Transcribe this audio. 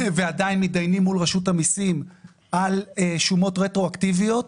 ועדיין מתדיינים מול רשות המיסים על שומות רטרואקטיביות.